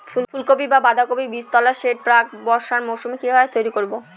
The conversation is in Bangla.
ফুলকপি বা বাঁধাকপির বীজতলার সেট প্রাক বর্ষার মৌসুমে কিভাবে তৈরি করব?